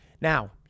Now